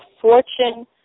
fortune